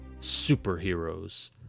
superheroes